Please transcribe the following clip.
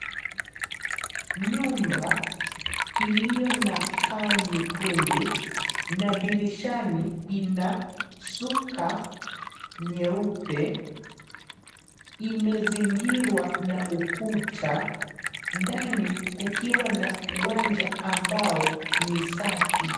Nyumba iliyo na paa nyekundu na dirishani ina shuka nyeupe imezingirwa na ukuta ndani kukiwa na uwanja ambao ni safi.